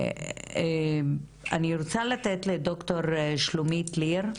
אני רוצה לתת לדוקטור שלומית ליר,